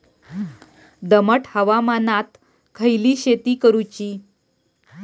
दमट हवामानात खयली शेती करूची?